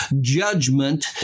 judgment